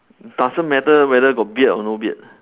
doesn't matter whether got beard or no beard